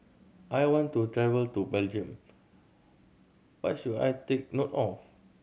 I want to travel to Belgium what should I take note of